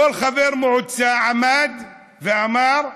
כל חבר מועצה עמד ואמר: